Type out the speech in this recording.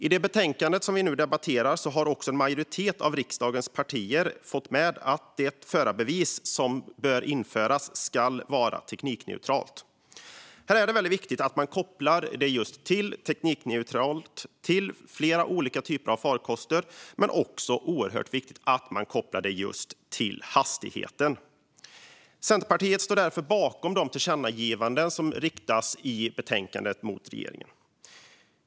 I betänkandet som vi nu debatterar har en majoritet av riksdagens partier också fått med att det förarbevis som ska införas ska vara teknikneutralt. Det är viktigt att koppla förarbeviset till flera olika typer av farkost, men det är också oerhört viktigt att man kopplar det till hastigheten. Centerpartiet står därför bakom de tillkännagivanden till regeringen som föreslås i betänkandet.